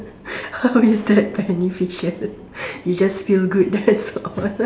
how is that beneficial is just feel good that's all